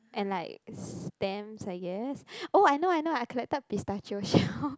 and like stamps I guess oh I know I know I collected pistachio shells